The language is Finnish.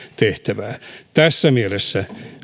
tehtävää tässä mielessä